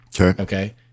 Okay